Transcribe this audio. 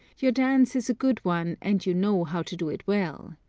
your dance is a good one and you know how to do it well.